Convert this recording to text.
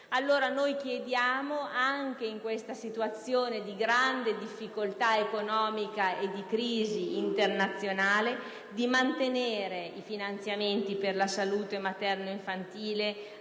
Ebbene, chiediamo anche in queste situazioni di grande difficoltà economica e di crisi finanziaria internazionale di mantenere i finanziamenti per la salute materno-infantile